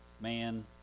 man